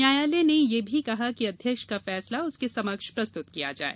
न्यायालय ने यह भी कहा कि अध्यक्ष का फैसला उसके समक्ष प्रस्तुत किया जाए